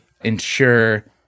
ensure